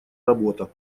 работа